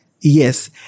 yes